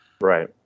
Right